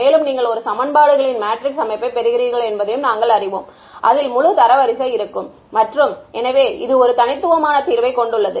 மேலும் நீங்கள் ஒரு சமன்பாடுகளின் மேட்ரிக்ஸ் அமைப்பைப் பெறுகிறீர்கள் என்பதையும் நாங்கள் அறிவோம் அதில் முழு தரவரிசை இருக்கும் மற்றும் எனவே இது ஒரு தனித்துவமான தீர்வைக் கொண்டுள்ளது